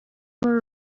muri